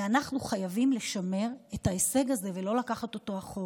ואנחנו חייבים לשמר את ההישג הזה ולא לקחת אותו אחורה.